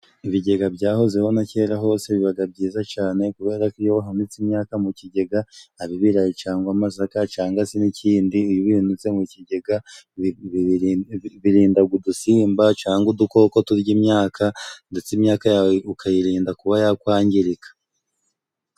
Ibigega byahozeho na kera hose. Bibaga byiza cyane kubera ko iyo wahunitse imyaka mu kigega ari ibirayi, cyangwa amasaka, cyangwa si n'ikindi iyo ubibitse mu kigega birinda udusimba cyangwa udukoko turya imyaka, ndetse imyaka yawe ukayirinda kuba yakwangirika.